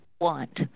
want